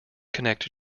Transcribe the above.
connect